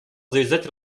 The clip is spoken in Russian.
завязать